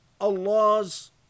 Allah's